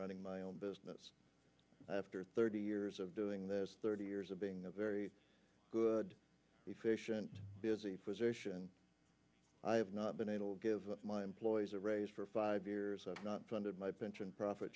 running my own business after thirty years of doing this thirty years of being a very good efficient busy physician i have not been able to give my employees a raise for five years and not funded my pension profit